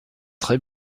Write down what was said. très